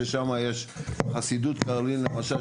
ששם יש את חסידות קרלין למשל,